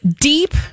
deep